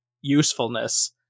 usefulness